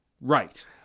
right